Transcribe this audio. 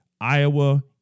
Iowa